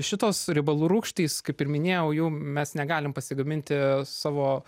šitos riebalų rūgštys kaip ir minėjau jų mes negalim pasigaminti savo